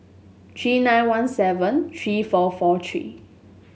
three nine one seven three four four three